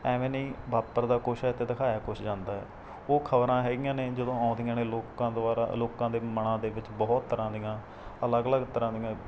ਐਵੇਂ ਨਹੀਂ ਵਾਪਰਦਾ ਕੁਛ ਇੱਥੇ ਦਿਖਾਇਆ ਕੁਛ ਜਾਂਦਾ ਹੈ ਉਹ ਖਬਰਾਂ ਹੈਗੀਆਂ ਨੇ ਜਦੋਂ ਆਉਂਦੀਆਂ ਨੇ ਲੋਕਾਂ ਦੁਆਰਾ ਲੋਕਾਂ ਦੇ ਮਨਾਂ ਦੇ ਵਿੱਚ ਬਹੁਤ ਤਰ੍ਹਾਂ ਦੀਆਂ ਅਲੱਗ ਅਲੱਗ ਤਰ੍ਹਾਂ ਦੀਆਂ